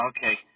Okay